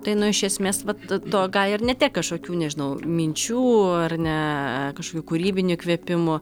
tai nu iš esmės vat to gali ir netek kažkokių nežinau minčių ar ne kažkokių kūrybinių įkvėpimų